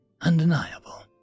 undeniable